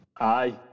aye